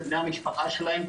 בני המשפחה שלהם,